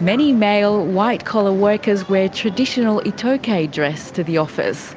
many male white-collar workers wear traditional itaukei dress to the office